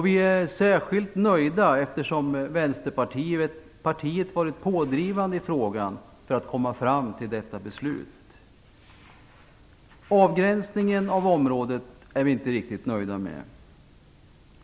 Vi är särskilt nöjda med detta, eftersom Vänsterpartiet varit pådrivande i frågan för att komma fram till detta beslut. Avgränsningen av området är vi inte riktigt nöjda med.